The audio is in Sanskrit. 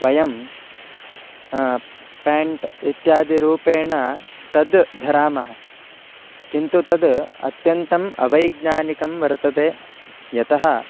वयं पेण्ट् इत्यादिरूपेण तद्धरामः किन्तु तत् अत्यन्तम् अवैज्ञानिकं वर्तते यतः